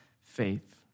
faith